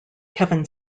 kevin